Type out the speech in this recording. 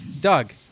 Doug